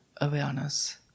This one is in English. awareness